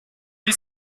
vie